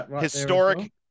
Historic